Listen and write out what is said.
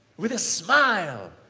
with a smile,